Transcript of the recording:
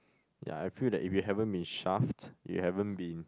ya I feel that if you haven't been shaft you haven't been